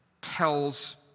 tells